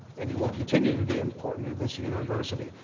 and you will continue to to be important to this university.